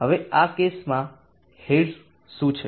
હવે આ કેસમાં હેડ્સ શું છે